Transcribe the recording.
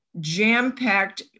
jam-packed